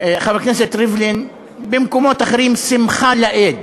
חבר הכנסת ריבלין, במקומות אחרים, שמחה לאיד